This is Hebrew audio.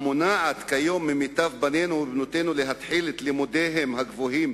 המונעת כיום ממיטב בנינו ובנותינו להתחיל את לימודיהם הגבוהים